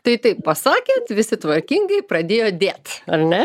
tai taip pasakėt visi tvarkingai pradėjo dėt ar ne